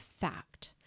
fact